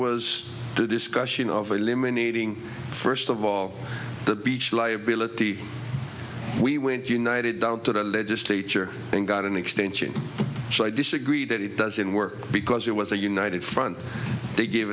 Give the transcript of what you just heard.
was discussion of eliminating first of all the beach liability we went united down to the legislature and got an extension so i disagree that it doesn't work because it was a united front t